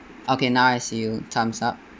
okay now I see you thumbs up